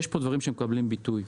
יש דברים שמקבלים פה ביטוי.